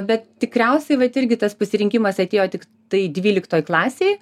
bet tikriausiai vat irgi tas pasirinkimas atėjo tiktai dvyliktoj klasėj